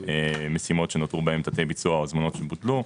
משימות שנותרו בהן תתי ביצוע או הזמנות שבוטלו.